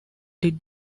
did